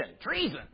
treason